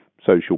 social